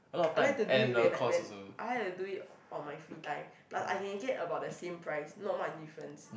I like to do it when I when I like to do it on my free time plus I can get about the same price not much difference